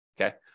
Okay